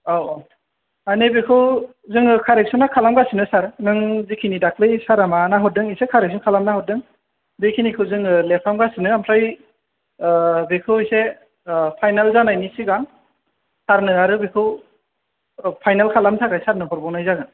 औ माने बेखौ जोङो खारेखसना खालामगासिनो सार नों जेखेनि दाखालि सारा माबाना हरदों इसे खारेखसन खालामना हरदों बेखिनिखौ जोङो लेरखांगासिनो ओमफ्राय बेखौ इसे फायनाल जानायनि सिगां सारनो आरो बेखौ फायनाल खालामनो थाखाय सारनो हरबावनाय जागोन